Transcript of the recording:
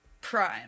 Prime